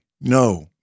No